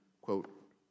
quote